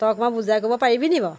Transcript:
তই অকণমান বুজাই ক'ব পাৰিবি নি বাৰু